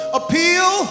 appeal